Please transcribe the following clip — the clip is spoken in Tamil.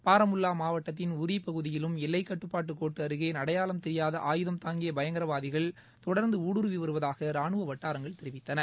பாரமுல்லா மாவட்டத்தின் உறி பகுதியிலிலும் எல்லைக் கட்டுப்பாடு கோடு அருகே அடையாளம் தெரியாத ஆயுதம் தாங்கிய பயங்கரவாதிகள் தொடர்ந்து ஊடுறுவி வருவதாக ராணுவ வட்டாரங்கள் தெரிவித்தன